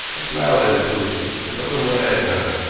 i smiled at his foolishness and told him what i had done.